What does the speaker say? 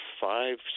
five